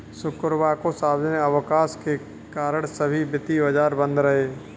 शुक्रवार को सार्वजनिक अवकाश के कारण सभी वित्तीय बाजार बंद रहे